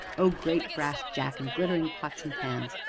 o great brass jack and glittering pots and pans!